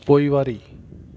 पोइवारी